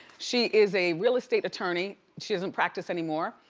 she is a real estate attorney. she doesn't practice anymore,